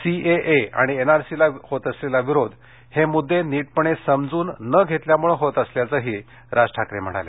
CAA आणि एनआरसीला होत असलेला विरोध हे मुद्दे नीटपणे समजून न घेतल्यामुळं होत असल्याचंही राज ठाकरे म्हणाले